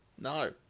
No